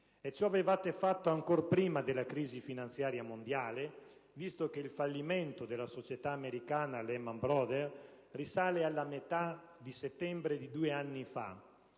E ciò lo avevate fatto ancor prima della crisi finanziaria mondiale, considerato che il fallimento della società americana Lehman Brothers risale alla metà di settembre di due anni fa.